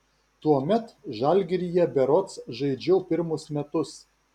tuomet žalgiryje berods žaidžiau pirmus metus